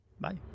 Bye